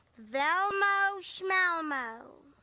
velmo, smelmo.